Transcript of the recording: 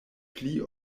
pli